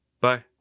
bye